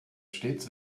stets